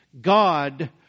God